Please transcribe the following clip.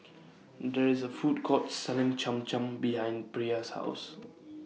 There IS A Food Court Selling Cham Cham behind Brea's House